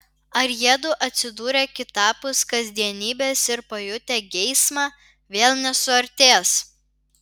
ar jiedu atsidūrę kitapus kasdienybės ir pajutę geismą vėl nesuartės